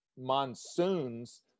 monsoons